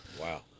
Wow